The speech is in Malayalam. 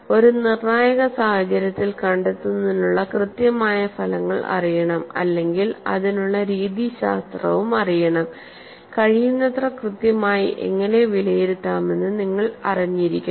ഒരു നിർണായക സാഹചര്യത്തിൽ കണ്ടെത്തുന്നതിനുള്ള കൃത്യമായ ഫലങ്ങൾ അറിയണം അല്ലെങ്കിൽ അതിനുള്ള രീതിശാസ്ത്രവും അറിയണം കഴിയുന്നത്ര കൃത്യമായി എങ്ങനെ വിലയിരുത്താമെന്ന് നിങ്ങൾ അറിഞ്ഞിരിക്കണം